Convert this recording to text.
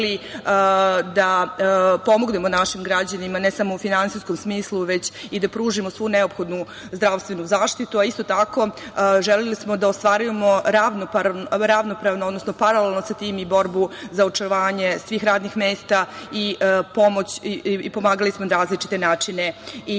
da pomognemo našim građanima, ne samo u finansijskom smislu, već i da pružimo svu neophodnu zdravstvenu zaštitu. Isto tako, želeli smo da ostvarujemo ravnopravno, odnosno paralelno sa tim i borbu za očuvanje svih radnih mesta i pomagali smo na različite načine i